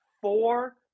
four